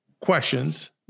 questions